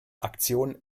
aktion